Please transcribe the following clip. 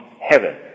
heaven